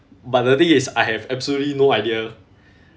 but the thing is I have absolutely no idea